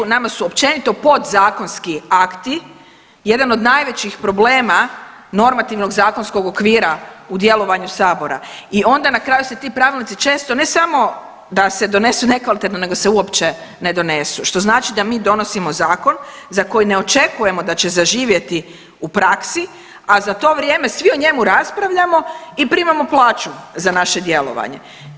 Nama su općenito podzakonski akti jedan od najvećih problema normativnog zakonskog okvira u djelovanju sabora i onda na kraju se ti pravilnici često ne samo da se donesu nekvalitetno nego se uopće ne donesu, što znači da mi donosimo zakon za koji ne očekujemo da će zaživjeti u praksi, a za to vrijeme svi o njemu raspravljamo i primamo plaću za naše djelovanje.